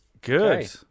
Good